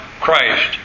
Christ